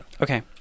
okay